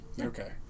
okay